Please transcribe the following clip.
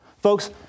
Folks